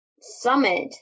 summit